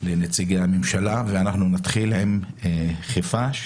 לנציגי הממשלה, ואנחנו נתחיל עם חיפה.